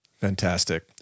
Fantastic